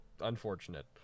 unfortunate